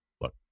look